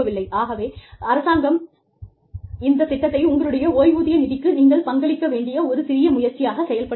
ஆகவே அரசாங்கம் இந்த திட்டத்தை உங்களுடைய ஓய்வூதிய நிதிக்கு நீங்கள் பங்களிக்க வேண்டிய ஒரு சிறிய முயற்சியாகச் செயல்படுத்தியது